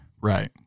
Right